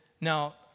now